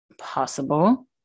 possible